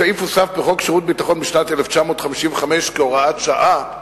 הסעיף הוסף בחוק שירות ביטחון בשנת 1995 כהוראת שעה;